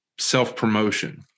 self-promotion